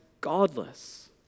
godless